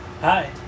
Hi